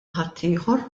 ħaddieħor